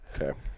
Okay